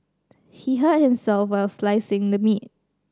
he hurt himself while slicing the meat